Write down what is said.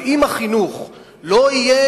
אבל אם החינוך לא יהיה,